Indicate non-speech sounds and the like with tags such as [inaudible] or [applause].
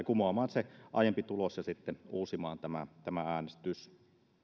[unintelligible] kumoamaan aiempi tulos ja sitten uusimaan tämä tämä äänestys